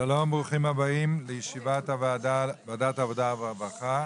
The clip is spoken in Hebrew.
שלום וברוכים הבאים לוועדת העבודה והרווחה,